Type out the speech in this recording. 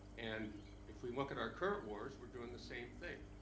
and if we look at our current wars, we're doing the same thing.